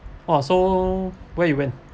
oh so where you went